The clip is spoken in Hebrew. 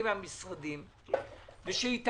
מה לפי דעתם צריך לעשות.